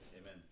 amen